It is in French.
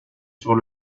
sur